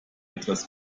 etwas